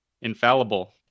infallible